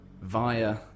Via